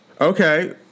Okay